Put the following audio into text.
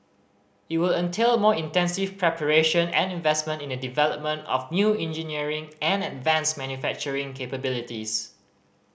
it will entail more intensive preparation and investment in the development of new engineering and advanced manufacturing capabilities